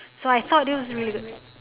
so I thought this was really good